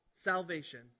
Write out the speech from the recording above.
salvation